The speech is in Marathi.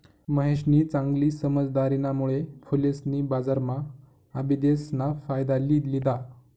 महेशनी चांगली समझदारीना मुळे फुलेसनी बजारम्हा आबिदेस ना फायदा लि लिदा